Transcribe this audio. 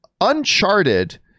Uncharted